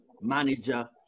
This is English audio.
manager